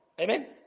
Amen